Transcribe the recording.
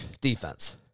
defense